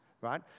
right